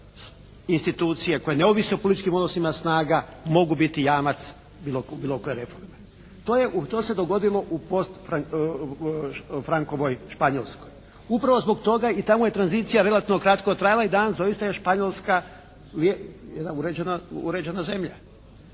institucije koje ne ovise o političkim odnosima snaga mogu biti jamac bilo koje reforme. To je, to se dogodilo u post Frankovoj Španjolskoj. Upravo zbog toga i tamo je tranzicija relativno kratko trajala i danas doista je Španjolska jedna uređena zemlja,